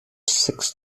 six